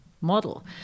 model